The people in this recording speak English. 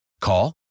Call